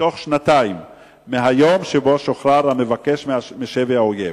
בתוך שנתיים מהיום שבו שוחרר המבקש משבי האויב.